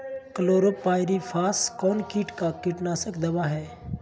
Chlorpyrifos कौन किट का कीटनाशक दवा है?